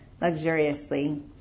luxuriously